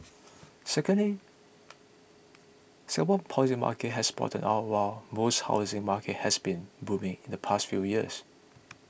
secondly Singapore's posing market has bottomed out while most housing markets have been booming in the past few years